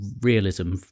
realism